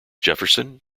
jefferson